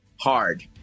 hard